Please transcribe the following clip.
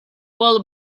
whole